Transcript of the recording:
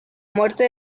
muerte